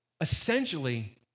essentially